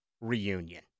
reunion